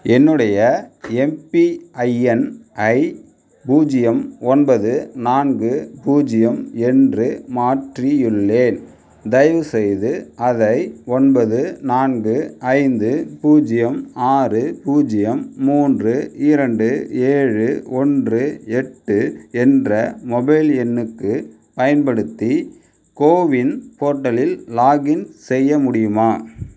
என்னுடைய எம்பிஐஎன் ஐ பூஜ்யம் ஒன்பது நான்கு பூஜ்யம் என்று மாற்றியுள்ளேன் தயவுசெய்து அதை ஒன்பது நான்கு ஐந்து பூஜ்யம் ஆறு பூஜ்யம் மூன்று இரண்டு ஏழு ஒன்று எட்டு என்ற மொபைல் எண்ணுக்குப் பயன்படுத்தி கோவின் போர்ட்டலில் லாக்இன் செய்ய முடியுமா